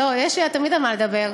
יש לי תמיד על מה לדבר,